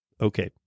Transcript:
Okay